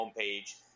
homepage